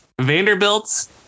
Vanderbilt